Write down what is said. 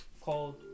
called